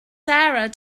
sarah